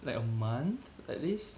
like a month at least